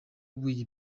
w’iyi